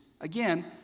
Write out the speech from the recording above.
Again